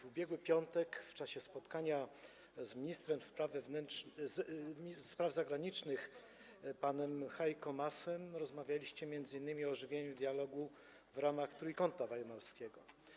W ubiegły piątek, w czasie spotkania z ministrem spraw zagranicznych panem Heiko Maasem, rozmawialiście m.in. o ożywieniu dialogu w ramach Trójkąta Weimarskiego.